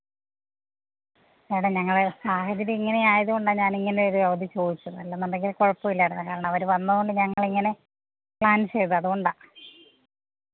madam ഞങ്ങളെ സാഹചര്യം ഇങ്ങനെ ആയതുകൊണ്ടാണ് ഞാനിങ്ങനെ ഒരു ഇത് ചോദിച്ചത് അല്ലെന്നുണ്ടെങ്കില് കുഴപ്പമില്ലായിരുന്നു കാരണം അവര് വന്നതുകൊണ്ട് ഞങ്ങളിങ്ങനെ പ്ലാൻ ചെയ്തതാണ് അതു കൊണ്ടാണ്